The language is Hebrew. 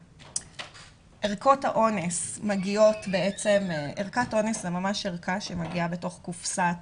ערכת אונס זו ערכה שמגיעה בתוך קופסה,